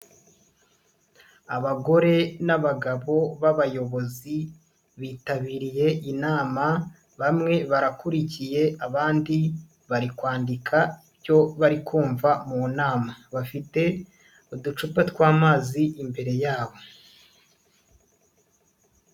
Abagore n'abagabo b'abayobozi bitabiriye inama, bamwe barakurikiye abandi bari kwandika ibyo bari kumva mu nama, bafite uducupa tw'amazi imbere yabo.